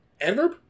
Adverb